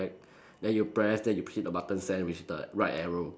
then you press then you click the button send which the right arrow